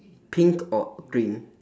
pink or green